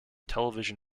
television